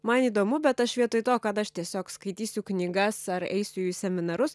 man įdomu bet aš vietoj to kad aš tiesiog skaitysiu knygas ar eisiu į seminarus